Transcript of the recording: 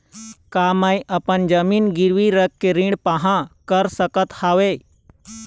का मैं अपन जमीन गिरवी रख के ऋण पाहां कर सकत हावे?